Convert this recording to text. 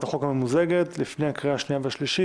החוק הממוזגת לפני הקריאה השנייה והשלישית.